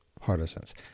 partisans